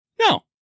No